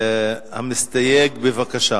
המסתייג, בבקשה